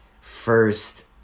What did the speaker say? first